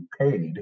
paid